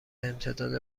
امتداد